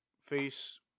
face